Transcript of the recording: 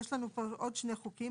יש לנו פה עוד שני חוקים.